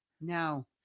No